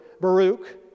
Baruch